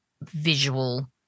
visual